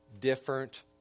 different